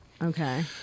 Okay